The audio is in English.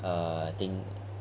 uh I think